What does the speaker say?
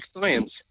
science